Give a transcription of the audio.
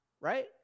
right